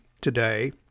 today